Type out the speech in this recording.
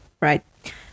right